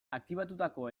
aktibatutako